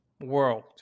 world